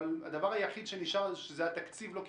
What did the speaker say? אבל הדבר היחיד שנשאר התקציב לא קיבלנו.